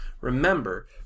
Remember